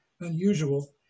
Unusual